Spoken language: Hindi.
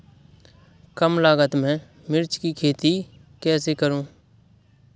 कम लागत में मिर्च की खेती कैसे करूँ?